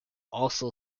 also